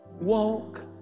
walk